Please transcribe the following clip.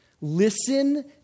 Listen